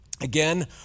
Again